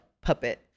Puppet